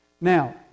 Now